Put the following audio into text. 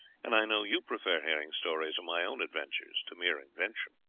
and i know you prefer hearing stories of my own adventures to mere invention.